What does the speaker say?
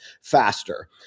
faster